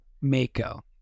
Mako